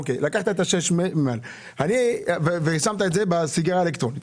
לקחת את ה-6 ושמת את זה בסיגריה האלקטרונית.